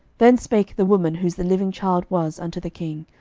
then spake the woman whose the living child was unto the king,